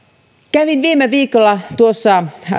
kävin viime viikolla tuossa